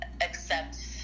accept